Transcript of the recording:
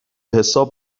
حساب